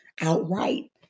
outright